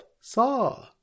Saw